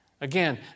Again